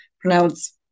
pronounce